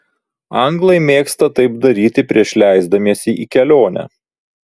anglai mėgsta taip daryti prieš leisdamiesi į kelionę